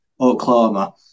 Oklahoma